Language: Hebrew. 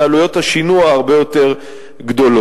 ועלויות השינוע הרבה יותר גדולות.